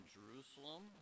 Jerusalem